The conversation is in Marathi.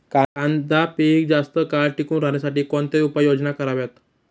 कांदा पीक जास्त काळ टिकून राहण्यासाठी कोणत्या उपाययोजना कराव्यात?